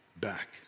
back